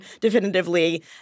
definitively